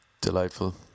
delightful